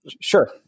sure